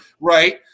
right